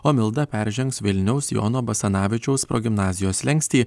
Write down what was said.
o milda peržengs vilniaus jono basanavičiaus progimnazijos slenkstį